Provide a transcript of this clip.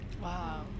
wow